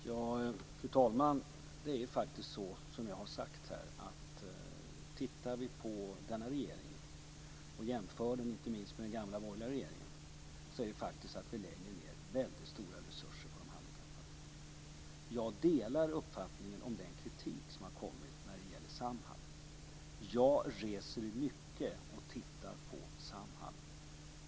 Fru talman! Det är faktiskt så som jag har sagt här: Tittar man på denna regering och jämför inte minst med den gamla borgerliga regeringen kan man se att vi lägger ned väldigt stora resurser på de handikappade. Jag delar uppfattningen om den kritik som har kommit när det gäller Samhall. Jag reser mycket och tittar på Samhall.